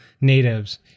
natives